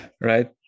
Right